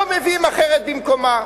לא מביאים אחרת במקומה.